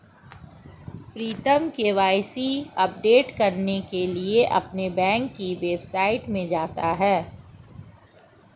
प्रीतम KYC update करने के लिए अपने बैंक की वेबसाइट में जाता है